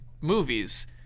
movies